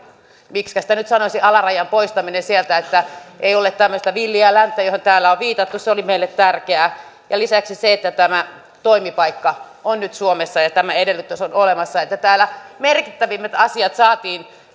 miksikä sitä nyt sanoisi alarajan poistaminen sieltä että ei ole tämmöistä villiä länttä johon täällä on viitattu se oli meille tärkeää ja lisäksi se että tämä toimipaikka on nyt suomessa ja tämä edellytys on olemassa eli täällä perussuomalaisille merkittävimmät asiat saatiin